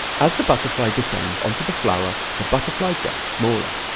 as the butterfly descends onto the flower, the butterfly gets smaller.